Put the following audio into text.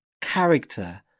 character